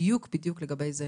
בדיוק לגבי זה.